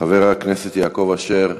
חבר הכנסת יעקב אשר,